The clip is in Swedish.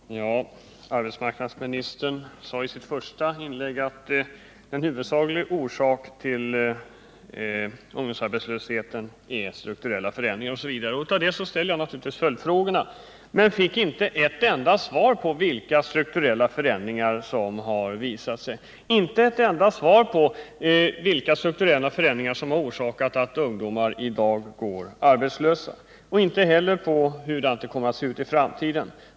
Herr talman! Arbetsmarknadsministern sade i sitt första inlägg att en huvudsaklig orsak till ungdomsarbetslösheten är strukturella förändringar osv. Jag ställde naturligtvis följdfrågor, men jag fick inte ett enda svar. Jag fick inget svar om vilka strukturella förändringar som har orsakat att ungdomar går arbetslösa, inte heller om hur det kommer att se ut i framtiden.